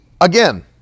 again